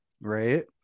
right